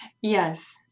Yes